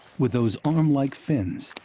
with those arm-like fins,